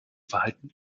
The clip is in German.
verhalten